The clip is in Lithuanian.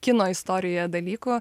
kino istorijoje dalykų